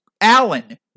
Allen